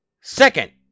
Second